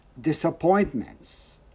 disappointments